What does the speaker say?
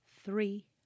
three